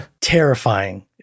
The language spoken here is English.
Terrifying